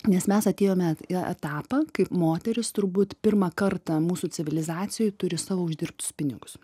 nes mes atėjome į etapą kai moterys turbūt pirmą kartą mūsų civilizacijoj turi savo uždirbtus pinigus